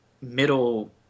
middle